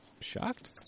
shocked